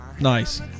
nice